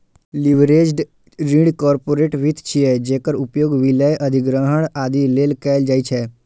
leveraged ऋण corporate वित्त छियै, जेकर उपयोग विलय, अधिग्रहण, आदि लेल कैल जाइ छै